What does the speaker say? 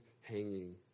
hanging